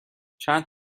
چند